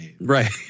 Right